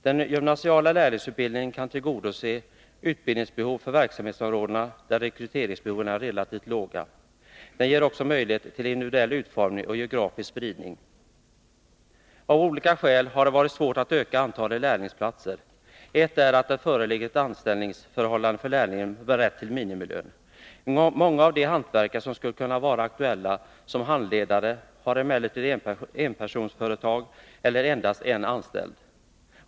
Den gymnasiala lärlingsutbildningen kan tillgodose utbildningsbehov för verksamhetsområden där rekryteringsbehoven är relativt låga. Den ger också möjlighet till individuell utformning och geografisk spridning. Avolika skäl har det varit svårt att öka antalet lärlingsplatser. Ett är att det föreligger ett anställningsförhållande för lärlingen med rätt till minimilön. Många av de hantverkare som skulle kunna vara aktuella som handledare har emellertid enpersonsföretag eller endast en anställd.